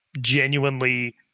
genuinely